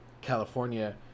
California